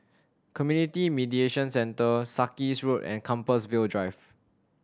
Community Mediation Centre Sarkies Road and Compassvale Drive